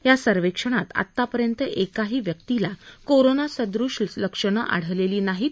या सर्वेक्षणात आत्तापर्यंत एकाही व्यक्तीला कोरोनासदृश लक्षणं आढळलेली नाहीत